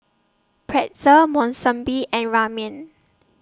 Pretzel Monsunabe and Ramen